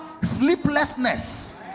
sleeplessness